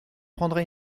prendrai